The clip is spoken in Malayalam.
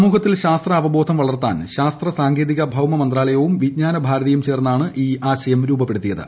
സമൂഹത്തിൽ ശാസ്ത്രാവബോധം വളർത്താൻ ശാസ്ത്ര സാങ്കേതിക ഭൌമ മന്ത്രാലയവും വിജ്ഞാന ഭാരതിയും ചേർന്നാണ് ഈ ആശയം രൂപപ്പെടുത്തിയത്